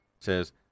says